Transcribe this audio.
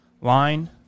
line